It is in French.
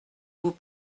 vous